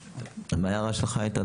ומה ההערה שלך הייתה?